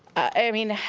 i mean,